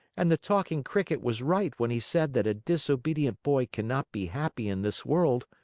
and the talking cricket was right when he said that a disobedient boy cannot be happy in this world.